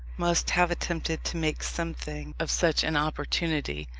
must have attempted to make something of such an opportunity.